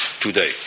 today